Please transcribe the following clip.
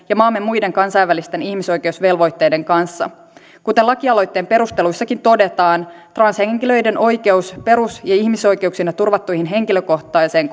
ja maamme muiden kansainvälisten ihmisoikeusvelvoitteiden kanssa kuten lakialoitteen perusteluissakin todetaan transhenkilöiden oikeus perus ja ihmisoikeuksina turvattuihin henkilökohtaiseen